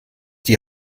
die